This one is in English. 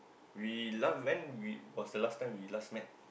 we last when we was the last time we last met